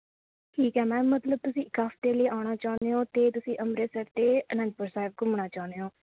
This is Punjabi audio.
ਠੀਕ ਹੈ ਮੈਮ ਮਤਲਬ ਤੁਸੀਂ ਇੱਕ ਹਫ਼ਤੇ ਲਈ ਆਉਣਾ ਚਾਹੁੰਦੇ ਹੋ ਅਤੇ ਤੁਸੀਂ ਅੰਮ੍ਰਿਤਸਰ ਅਤੇ ਅਨੰਦਪੁਰ ਸਾਹਿਬ ਘੁੰਮਣਾ ਚਾਹੁੰਦੇ ਓਂ